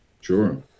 Sure